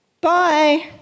bye